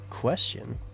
question